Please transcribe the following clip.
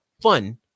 fun